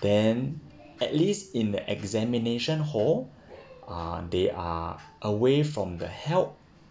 then at least in the examination hall uh they are away from the help